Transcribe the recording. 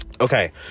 okay